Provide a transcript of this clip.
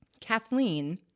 Kathleen